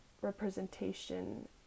representation